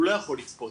הוא לא יכול לצפות,